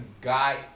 guy